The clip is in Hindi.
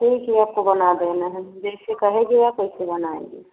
ठीक है आपको बना देना है जैसे कहेंगी आप वैसे बनाएँगे